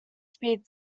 speed